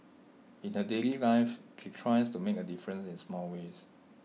in her daily life she tries to make A difference in small ways